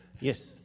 yes